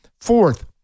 Fourth